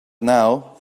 now